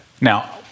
Now